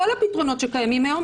כל הפתרונות שקיימים היום,